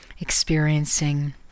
experiencing